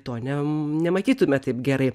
to nem nematytume taip gerai